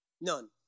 None